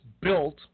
built